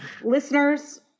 listeners